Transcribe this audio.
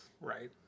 Right